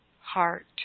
heart